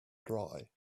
dry